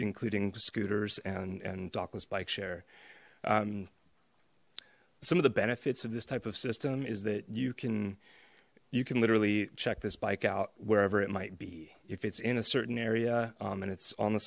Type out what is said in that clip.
including scooters and and dhoklas bike share some of the benefits of this type of system is that you can you can literally check this bike out wherever it might be if it's in a certain area and it's on the